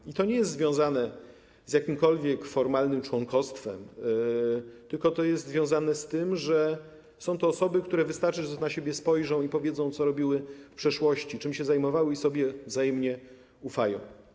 I to nie jest związane z jakimkolwiek formalnym członkostwem, tylko to jest związane z tym, że są to osoby, które wystarczy, że na siebie spojrzą, i powiedzą, co robiły w przeszłości, czym się zajmowały i sobie wzajemnie ufają.